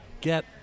get